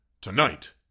Tonight